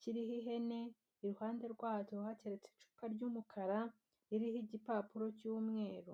kiriho ihene, iruhande rwacyo hateretse icupa ry'umukara ririho igipapuro cy'umweru.